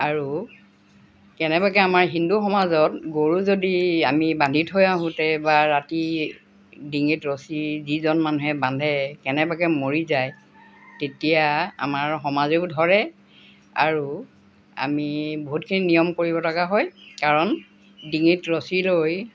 আৰু কেনেবাকৈ আমাৰ হিন্দু সমাজত গৰু যদি আমি বান্ধি থৈ আহোঁতে বা ৰাতি ডিঙিত ৰছী যিজন মানুহে বান্ধে কেনেবাকৈ মৰি যায় তেতিয়া আমাৰ সমাজেও ধৰে আৰু আমি বহুতখিনি নিয়ম কৰিব লগা হয় কাৰণ ডিঙিত ৰছী লৈ